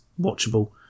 watchable